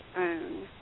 own